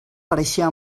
pareixia